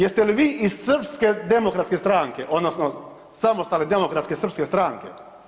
Jeste li vi iz Srpske demokratske stranke odnosno Samostalne demokratske srpske stranke?